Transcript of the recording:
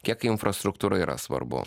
kiek infrastruktūra yra svarbu